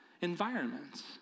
environments